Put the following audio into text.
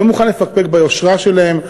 לא מוכן לפקפק ביושרה שלהם,